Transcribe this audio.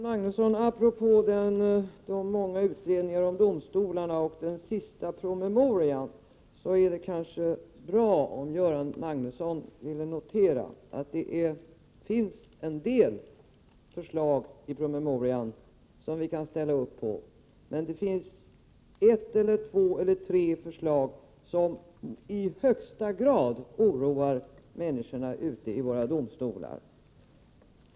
Herr talman! Apropå de många utredningarna beträffande domstolarna och den senaste promemorian vill jag bara säga att det kanske är bra om Göran Magnusson noterar att det finns en del förslag i promemorian som vi kan ställa oss bakom. Men det finns också ett par tre förslag som i högsta grad oroar dem som arbetar i våra domstolar.